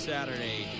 Saturday